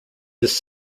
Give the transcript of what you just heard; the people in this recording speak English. this